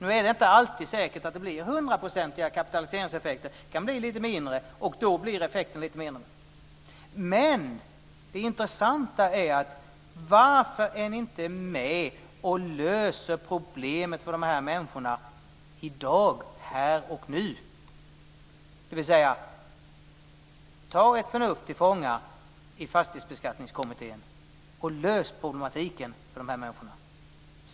Nu är det inte säkert att det alltid blir hundraprocentiga kapitaliseringseffekter, utan de kan bli lite mindre, och då blir bostadskostnaden lite mindre. Den intressanta frågan är: Varför är ni inte med om att lösa problemet för de här människorna i dag, här och nu? Ta ert förnuft till fånga i Fastighetsbeskattningskommittén och lös problematiken för de här människorna!